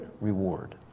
reward